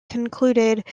concluded